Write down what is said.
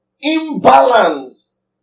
imbalance